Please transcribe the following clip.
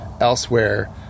elsewhere